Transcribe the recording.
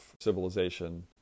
civilization